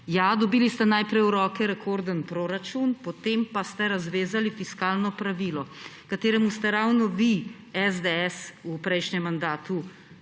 ja, dobili ste najprej v roke rekorden proračun, potem pa ste razvezali fiskalno pravilo, katerega ste ravno vi, SDS, v prejšnjem mandatu